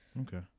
Okay